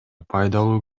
пайдалуу